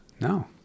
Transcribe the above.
No